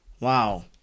Wow